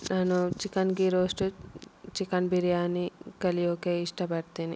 ನಾನು chicken chicken ghee roast chicken biryani ಕಲಿಯೋಕ್ಕೆ ಇಷ್ಟಪಡ್ತೇನೆ